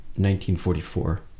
1944